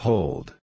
Hold